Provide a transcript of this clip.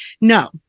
no